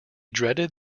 dreaded